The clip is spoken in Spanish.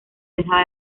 dejaba